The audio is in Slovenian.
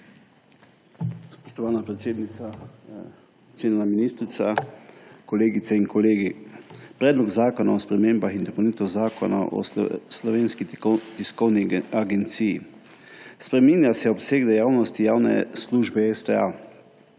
Spreminja se obseg dejavnosti javne službe STA.